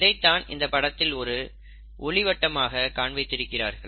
இதைத்தான் இந்த படத்தில் ஒரு ஒளிவட்டம் ஆக காண்பித்திருக்கிறார்கள்